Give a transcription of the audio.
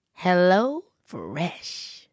HelloFresh